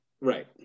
right